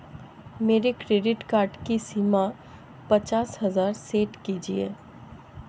मेरे credit card की सीमा पचास हजार सेट कीजिए